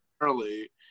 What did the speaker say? early